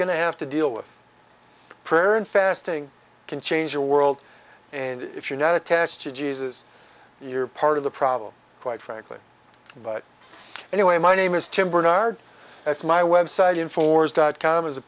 to have to deal with prayer and fasting can change your world and if you're not attached to jesus you're part of the problem quite frankly but anyway my name is tim bernard that's my website ian forbes dot com is a